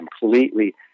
completely